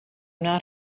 not